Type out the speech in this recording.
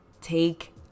take